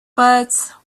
but